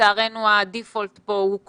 לצערנו הדיפולט פה הוא כלום.